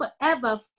forever